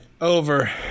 over